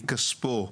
מכספו,